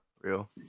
Real